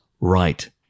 right